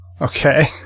Okay